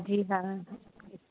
जी हा